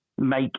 make